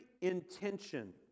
intention